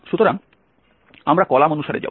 সুতরাং আমরা কলাম অনুসারে যাব